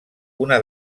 una